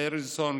אריסון,